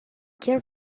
care